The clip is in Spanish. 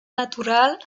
natural